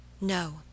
No